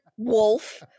Wolf